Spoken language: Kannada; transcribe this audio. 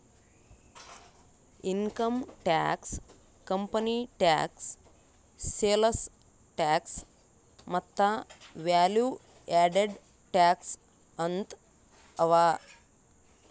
income tax, company tax, sales tax ಮತ್ತ ವ್ಯಾಲೂ ಯಾಡೆಡ್ ಟ್ಯಾಕ್ಸ್ ಅಂತ್ ಅವಾ